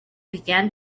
began